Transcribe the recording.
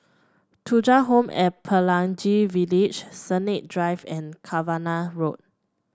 Thuja Home at Pelangi Village Sennett Drive and Cavenagh Road